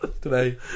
Today